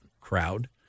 crowd